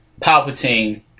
Palpatine